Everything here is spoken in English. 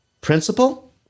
principal